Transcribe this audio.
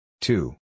Two